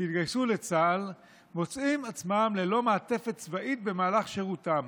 שהתגייסו לצה"ל מוצאים עצמם ללא מעטפת צבאית במהלך שירותם.